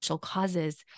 causes